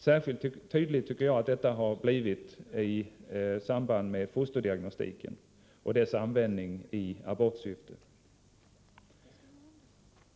Särskilt tydligt tycker jag att detta har blivit i samband med fosterdiagnostiken och dess användning i abortsyfte.